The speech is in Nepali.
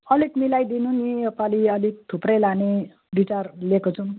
अलिक मिलाइदिनू नि योपालि अलिक थुप्रै लाने विचार लिएको छौँ